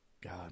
god